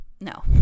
no